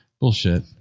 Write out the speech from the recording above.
bullshit